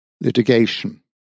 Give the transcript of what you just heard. litigation